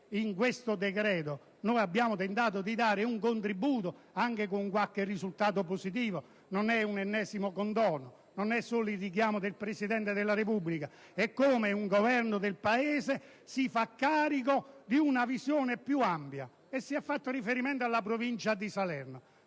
in questo decreto abbiamo tentato di dare un contributo, anche con qualche risultato positivo: cosicché, non è un ennesimo condono. Non è solo il richiamo del Presidente della Repubblica, ma è il modo in cui il Governo del Paese si fa carico di una visione più ampia. Si è fatto riferimento alla provincia di Salerno,